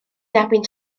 dderbyn